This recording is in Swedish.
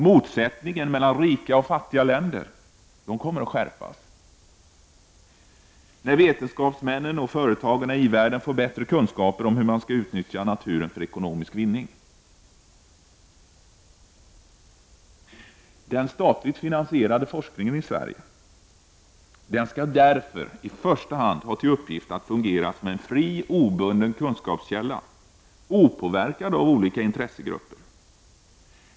Motsättningen mellan rika och fattiga länder kan komma att skärpas när vetenskapsmännen och företagarna inom i-världen får bättre kunskaper om hur man skall utnyttja naturen för ekonomisk vinning. Den statligt finansierade forskningen i Sverige skall därför i första hand ha till uppgift att fungera som en fri och obunden kunskapskälla, opåverkad av olika intressegrupper.